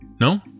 No